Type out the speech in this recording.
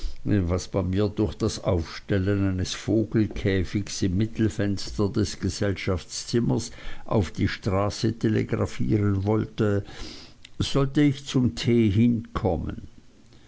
was man mir durch das aufstellen eines vogelkäfigs im mittelfenster des gesellschaftzimmers auf die straße telegraphieren wollte sollte ich zum tee hinkommen